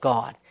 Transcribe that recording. God